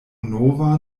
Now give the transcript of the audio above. nova